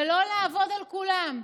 ולא לעבוד על כולם.